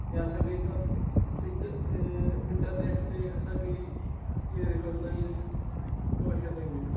یہِ ہَسا گٔے پَتہٕ اِنٹہٕ اِنٹَرنیشنٔلی ہَسا گٔے یہِ رِکاگنایز کٲشِر لنٛگویج